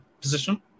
position